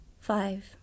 Five